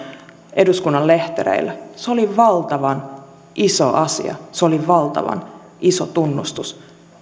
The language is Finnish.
eduskunnan lehtereillä se oli valtavan iso asia se oli valtavan iso tunnustus